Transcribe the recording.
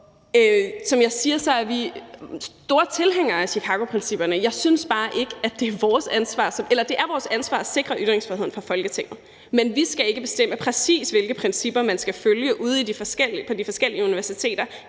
Som jeg siger, er vi store tilhængere af Chicagoprincipperne. Det er vores ansvar her i Folketinget at sikre ytringsfriheden, men vi skal ikke bestemme, præcis hvilke principper man skal følge ude på de forskellige universiteter